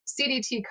CDT